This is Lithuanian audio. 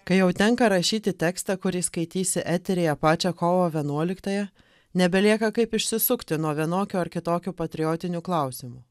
kai jau tenka rašyti tekstą kurį skaitysi eteryje pačią kovo vienuoliktąją nebelieka kaip išsisukti nuo vienokių ar kitokių patriotinių klausimų